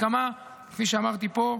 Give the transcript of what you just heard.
כפי שאמרתי פה,